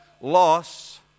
Loss